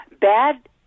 bad